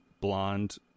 blonde